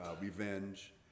revenge